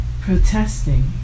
protesting